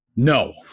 No